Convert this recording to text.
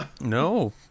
No